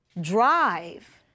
Drive